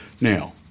Now